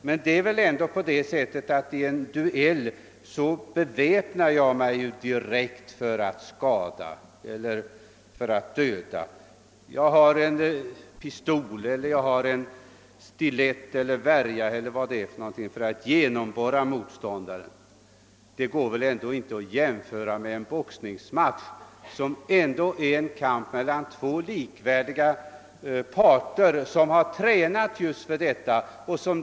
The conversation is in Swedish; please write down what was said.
Men det förhåller sig väl ändå så, att i en duell beväpnar man sig i avsikt att skada eller döda. Man har en pistol eller en värja eller vad man nu väljer för att genomborra motståndaren. Det går väl ändå inte att jämföra en boxningsmatch, som är en kamp mellan två likvärdiga parter vilka har tränat just för denna.